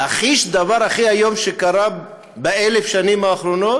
להכחיש את הדבר הכי איום שקרה באלף השנים האחרונות?